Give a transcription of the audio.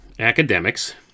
Academics